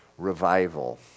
revival